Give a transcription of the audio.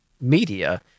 media